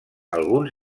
alguns